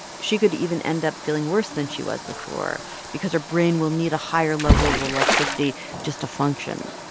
she could even end up feeling worse than she was before because her brain will need a higher level of electricity just to function.